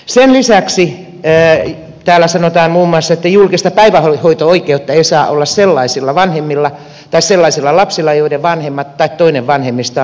sen lisäksi täällä sanotaan muun muassa että julkista päivähoito oikeutta ei saa olla sellaisilla lapsilla joilla vanhemmat tai toinen vanhemmista on kotona